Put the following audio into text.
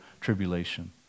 tribulation